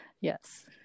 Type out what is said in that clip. yes